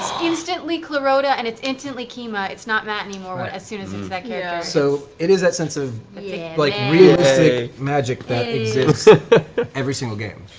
instantly clarota and it's instantly kima? it's not matt anymore, but as soon as it's that character. orion so it is that sense of like realistic magic that exists every single game.